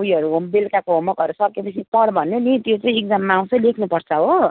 उयोहरू होम् बेलुकाको होमवर्कहरू सकियोपछि पढ भन्नु नि त्यो चाहिँ इक्जाममा आउँछ लेख्नुपर्छ हो